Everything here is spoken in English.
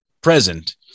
present